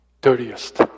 dirtiest